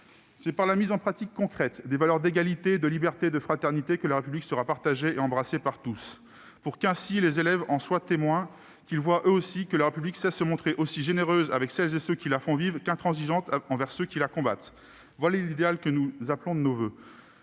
C'est par la mise en pratique concrète des valeurs d'égalité, de liberté et de fraternité que la République sera partagée et embrassée par tous, pour qu'ainsi les élèves en soient témoins, qu'ils voient que la République sait se montrer aussi généreuse avec celles et ceux qui la font vivre qu'intransigeante envers ceux qui la combattent. Tel est idéal que nous appelons de nos voeux.